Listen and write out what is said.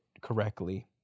correctly